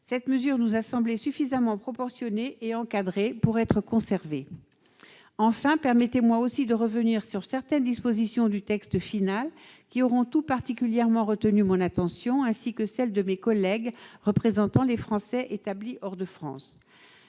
cette mesure nous a semblé suffisamment proportionnée et encadrée pour être maintenue. Enfin, permettez-moi de revenir sur certaines dispositions du texte final qui ont tout particulièrement retenu mon attention, ainsi que celle de mes collègues représentant les Français établis hors de France.